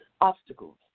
obstacles